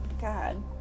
God